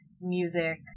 music